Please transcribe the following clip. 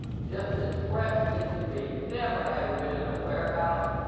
just as fresh as it can be, never having been in a warehouse,